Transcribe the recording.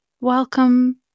welcome